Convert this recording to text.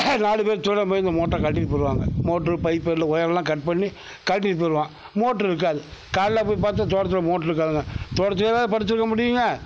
நாலு பேர் சேர்ந்தா மோட்டாரை கழட்டிகிட்டு போயிடுவாங்க மோட்ரு பைப்பு இந்த ஒயரெல்லாம் கட் பண்ணி கழட்டிட்டு போயிடுவான் மோட்ரு இருக்காது காலைல போய் பார்த்தா தோட்டத்தில் மோட்டாரு இருக்காதுங்க தோட்டத்திலையேவா படுத்திருக்க முடியுங்க